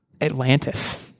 Atlantis